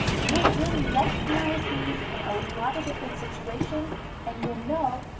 you'll really recognize these in a lot of different situations and you'll know,